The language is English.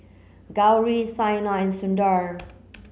Gauri Saina and Sundar